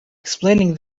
explaining